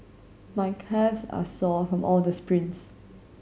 my calves are sore from all the sprints